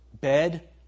bed